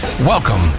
Welcome